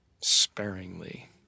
sparingly